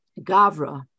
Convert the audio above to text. gavra